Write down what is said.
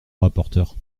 rapporteur